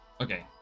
Okay